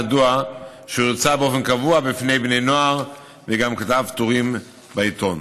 ידוע שהוא הרצה באופן קבוע לפני בני נוער וגם כתב טורים בעיתון.